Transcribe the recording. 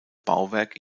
bauwerk